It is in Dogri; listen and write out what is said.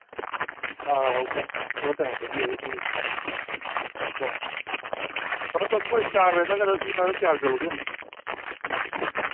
हां उ'आं थोह्ड़ा टैम कड्डियै ते फ्ही औगा अ'ऊं आहो तुस कोई चार बजे तक्कर उस्सी मतलब त्यार करी ओड़ने आं निं